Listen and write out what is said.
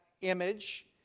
image